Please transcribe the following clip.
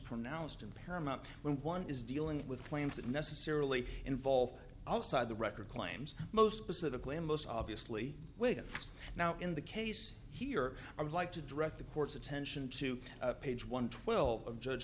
pronounced in paramount when one is dealing with claims that necessarily involve outside the record claims most specifically and most obviously with now in the case here i would like to direct the court's attention to page one twelve of judge